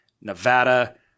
Nevada